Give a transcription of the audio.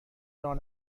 راه